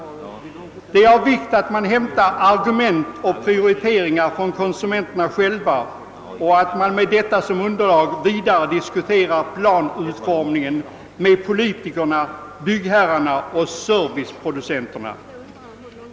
Av vikt är att man hämtar argument och prioriteringar från konsumenterna själva och att man med detta som underlag vidare diskuterar planutformningen med politikerna, byggherrarna och serviceproducenterna.